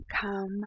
come